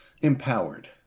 empowered